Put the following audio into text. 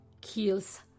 kills